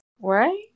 Right